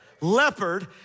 leopard